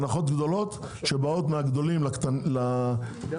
ההנחות הגדולות שבאות מהגדולים לסופרים